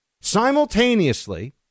Simultaneously